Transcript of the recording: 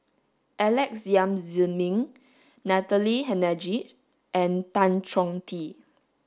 Alex Yam Ziming Natalie Hennedige and Tan Chong Tee